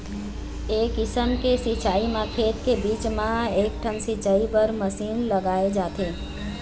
ए किसम के सिंचई म खेत के बीच म एकठन सिंचई बर मसीन लगाए जाथे